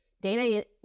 data